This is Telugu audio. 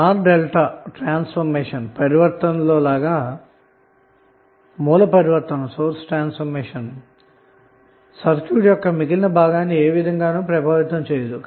స్టార్ డెల్టా ట్రాన్సఫార్మషన్ లో లాగా సోర్స్ ట్రాన్సఫార్మషన్ కూడా సర్క్యూట్ యొక్క మిగిలిన భాగాన్ని ఏ విధంగానూ ప్రభావితం చేయదు